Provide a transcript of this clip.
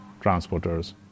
transporters